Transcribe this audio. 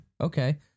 okay